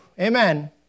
Amen